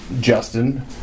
Justin